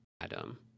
Adam